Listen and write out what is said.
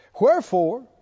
Wherefore